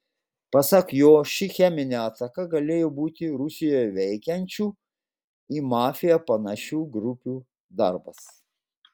pasak jo ši cheminė ataka galėjo būti rusijoje veikiančių į mafiją panašių grupių darbas